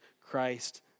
Christ